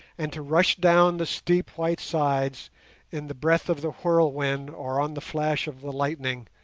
and to rush down the steep white sides in the breath of the whirlwind, or on the flash of the lightning,